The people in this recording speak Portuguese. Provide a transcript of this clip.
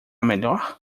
melhor